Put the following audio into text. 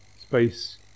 space